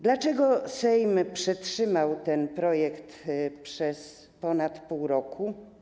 Dlaczego Sejm przetrzymał ten projekt przez ponad pół roku?